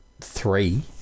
three